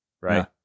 Right